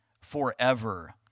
forever